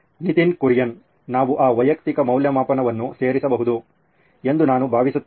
ನಿತಿನ್ ಕುರಿಯನ್ ನಾವು ಆ ವೈಯಕ್ತಿಕ ಮೌಲ್ಯಮಾಪನವನ್ನು ಸೇರಿಸಬಹುದು ಎಂದು ನಾನು ಭಾವಿಸುತ್ತೇನೆ